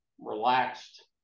relaxed